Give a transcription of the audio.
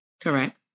Correct